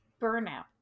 burnout